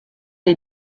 est